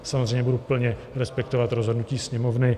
Samozřejmě budu plně respektovat rozhodnutí Sněmovny.